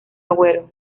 agüero